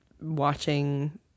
watching